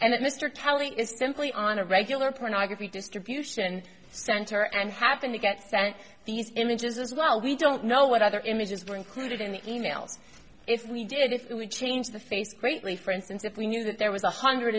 telling is simply on a regular pornography distribution center and happened to get sent these images as well we don't know what other images were included in the e mails if we did it would change the face greatly for instance if we knew that there was a hundred